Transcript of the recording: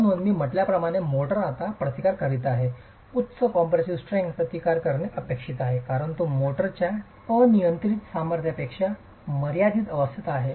म्हणून मी म्हटल्याप्रमाणे मोर्टार आता प्रतिकार करीत आहे उच्च कॉम्प्रेसीव स्ट्रेंग्थ प्रतिकार करणे अपेक्षित आहे कारण तो मोर्टारच्या अनियंत्रित सामर्थ्यापेक्षा मर्यादित अवस्थेत आहे